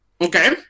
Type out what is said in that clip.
Okay